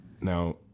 Now